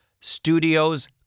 studio's